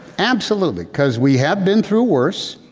absolutely, because we have been through worse.